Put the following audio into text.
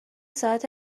ساعت